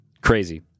Crazy